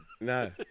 No